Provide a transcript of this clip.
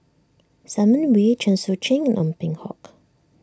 Simon Wee Chen Sucheng and Ong Peng Hock